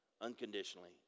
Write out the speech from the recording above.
unconditionally